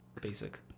basic